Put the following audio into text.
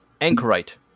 anchorite